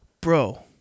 Bro